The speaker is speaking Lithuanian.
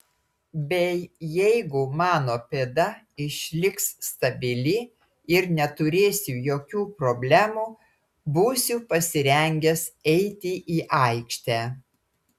bei jeigu mano pėda išliks stabili ir neturėsiu jokių problemų būsiu pasirengęs eiti į aikštę